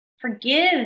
Forgive